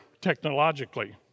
technologically